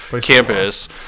campus